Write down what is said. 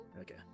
Okay